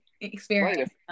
experience